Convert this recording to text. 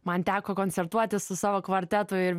man teko koncertuoti su savo kvartetu ir